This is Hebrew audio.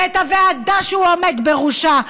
ואת הוועדה שהוא עומד בראשה,